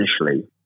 initially